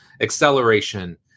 acceleration